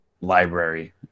library